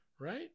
Right